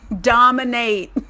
dominate